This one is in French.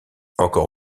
encore